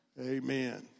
Amen